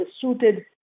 suited